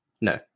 No